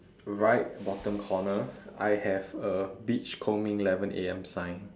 right bottom corner I have a beach combing eleven A_M sign